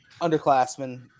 underclassmen